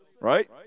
right